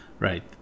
Right